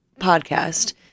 podcast